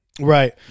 Right